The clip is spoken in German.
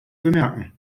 bemerken